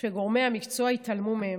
שגורמי המקצוע התעלמו מהם.